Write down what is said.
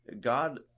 God